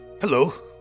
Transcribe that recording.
Hello